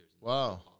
Wow